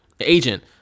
Agent